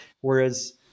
Whereas